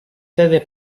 terre